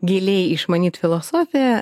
giliai išmanyt filosofiją